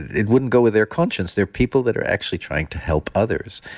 it wouldn't go with their conscience. they're people that are actually trying to help others,